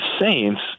Saints